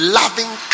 loving